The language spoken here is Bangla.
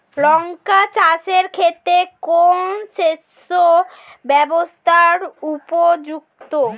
লঙ্কা চাষের ক্ষেত্রে কোন সেচব্যবস্থা উপযুক্ত?